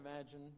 imagine